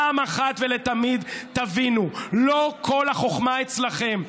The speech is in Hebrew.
אחת ולתמיד תבינו: לא כל החוכמה אצלכם.